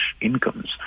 incomes